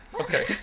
Okay